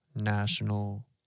national